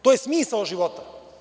To je smisao života.